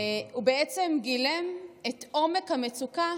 הוא בעצם גילם את עומק המצוקה,